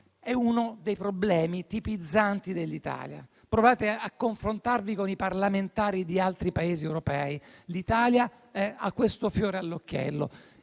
è uno dei problemi tipizzanti dell'Italia. Se provate a confrontarvi con i parlamentari di altri Paesi europei, scoprirete che l'Italia ha questo fiore all'occhiello